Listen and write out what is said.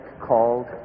called